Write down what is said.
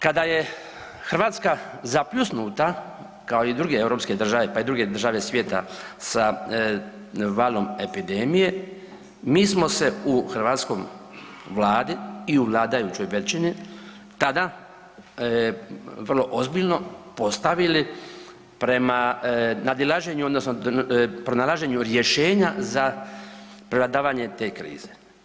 Kada je Hrvatska zapljusnuta kao i druge europske države, pa i druge države svijeta sa valom epidemije, mi smo se u hrvatskoj vladi i u vladajućoj većini tada vrlo ozbiljno postavili prema nadilaženju odnosno pronalaženju rješenja za prevladavanje te krize.